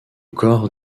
corps